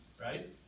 right